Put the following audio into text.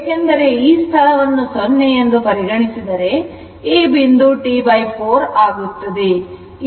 ಏಕೆಂದರೆ ಈ ಸ್ಥಳವನ್ನು0 ಎಂದು ಪರಿಗಣಿಸಿದರೆ ಈ ಬಿಂದು T4 ಆಗುತ್ತದೆ